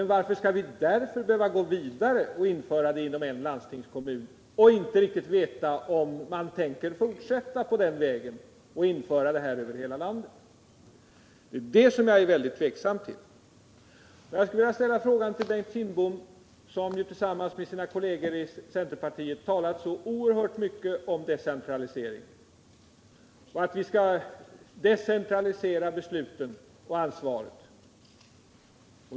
Varför skall vi av den anledningen behöva gå vidare och införa ett liknande system inom en landstingskommun — och inte riktigt veta om vi tänker fortsätta på den vägen och införa det över hela landet? Jag skulle vilja ställa en fråga till Bengt Kindbom, som tillsammans med sina kolleger i centerpartiet har talat så oerhört mycket om decentralisering och sagt att vi skall decentralisera beslut och ansvar.